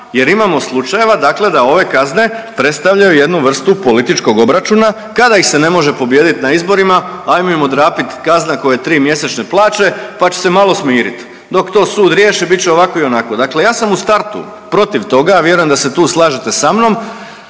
jer imamo slučajeva dakle da ove kazne predstavljaju jednu vrstu političkog obračuna, kada ih se ne može pobijediti na izborima, ajmo im odrapit koje 3 mjesečne plaće pa će se malo smiriti. Dok to sud riješi, bit će i ovako i onako. Dakle ja sam u startu protiv toga, a vjerujem da se tu slažete sa mnom